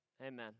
amen